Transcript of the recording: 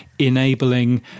enabling